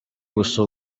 gusa